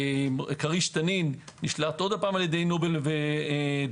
כריש תנין נשלט שוב על ידי נובל ודלק,